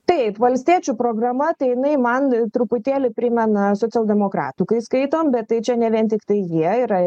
taip valstiečių programa tai jinai man truputėlį primena socialdemokratų kai skaitom bet tai čia ne vien tiktai jie yra